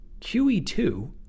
QE2